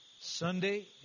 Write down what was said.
Sunday